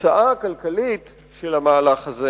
התוצאה הכלכלית של המהלך הזה